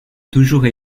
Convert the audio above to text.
toujours